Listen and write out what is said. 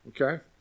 Okay